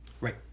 Right